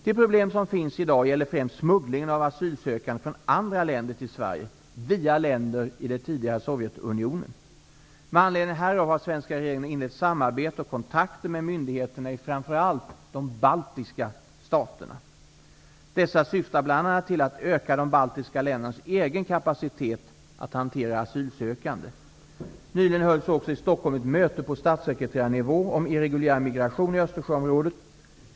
De problem som finns i dag gäller främst smugglingen av asylsökande från andra länder till Med anledning härav har den svenska regeringen inlett samarbete och kontakter med myndigheterna främst i de baltiska staterna. Dessa syftar bl.a. till att öka de baltiska ländernas egen kapacitet att hantera asylsökande. Nyligen hölls också i Stockholm ett möte på statssekreterarnivå om irreguljär migration i Östersjöområdet.